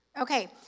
Okay